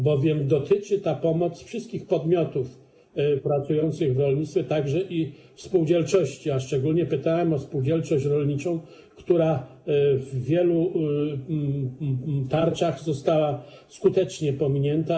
Bowiem ta pomoc dotyczy wszystkich podmiotów pracujących w rolnictwie, także i w spółdzielczości, a szczególnie pytałem o spółdzielczość rolniczą, która w wielu tarczach została skutecznie pominięta.